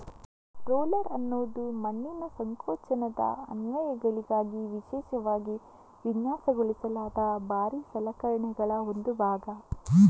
roller ಅನ್ನುದು ಮಣ್ಣಿನ ಸಂಕೋಚನದ ಅನ್ವಯಗಳಿಗಾಗಿ ವಿಶೇಷವಾಗಿ ವಿನ್ಯಾಸಗೊಳಿಸಲಾದ ಭಾರೀ ಸಲಕರಣೆಗಳ ಒಂದು ಭಾಗ